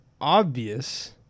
obvious